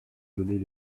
donner